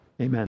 Amen